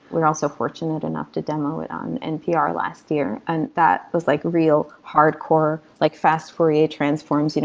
we're also fortunate enough to demo it on npr last year. and that was like real hardcore, like fast foray transforms, you know